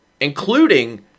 including